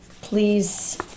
please